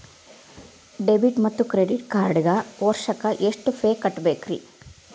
Debit ಮತ್ತು credit ಕಾರ್ಡ್ಗೆ ವರ್ಷಕ್ಕ ಎಷ್ಟ ಫೇ ಕಟ್ಟಬೇಕ್ರಿ?